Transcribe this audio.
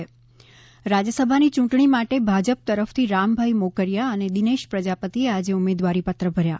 ઃ રાજ્યસભાની ચૂંટણી માટે ભાજપ તરફથી રામભાઈ મોકરિયા અને દિનેશ પ્રજાપતિએ આજે ઉમેદવારીપત્ર ભર્યા